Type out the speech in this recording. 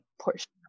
portion